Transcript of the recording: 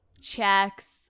Checks